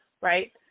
right